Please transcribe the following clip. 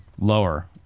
lower